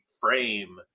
frame